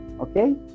Okay